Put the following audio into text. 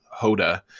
Hoda